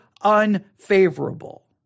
unfavorable